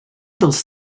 dels